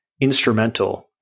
instrumental